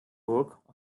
work